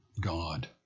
God